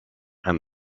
and